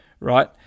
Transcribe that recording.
Right